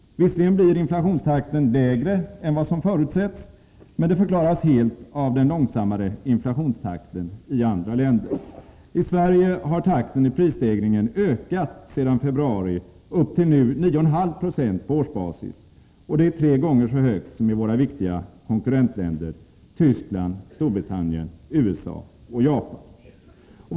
Visserligen blir inflationstakten lägre än vad som förutsetts, men det förklaras helt av den långsammare inflationstakten i andra länder. I Sverige har takten i prisstegringen ökat ända sedan februari upp till nu 9,5 46 på årsbasis, och det är tre gånger så högt som i våra viktiga konkurrentländer Tyskland, Storbritannien, USA och Japan.